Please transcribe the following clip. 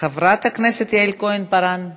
חברת הכנסת יעל כהן-פארן,